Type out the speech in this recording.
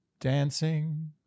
Dancing